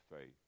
faith